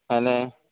ମାନେ